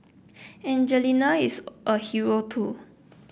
Angelina is a hero too